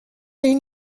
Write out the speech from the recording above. این